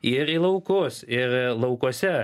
ir į laukus ir laukuose